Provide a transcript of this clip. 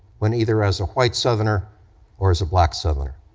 when either as a white southerner or as a black southerner,